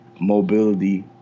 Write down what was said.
mobility